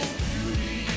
beauty